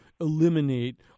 eliminate